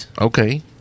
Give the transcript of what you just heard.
Okay